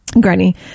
Granny